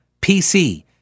PC